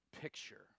picture